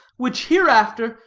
which hereafter,